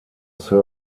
sir